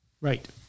Right